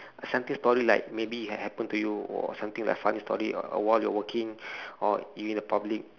a story like maybe it had happened to you or something like funny story or or while you're working or you in a public